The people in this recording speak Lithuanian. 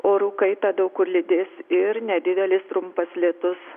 orų kaitą daug kur lydės ir nedidelis trumpas lietus